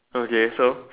okay so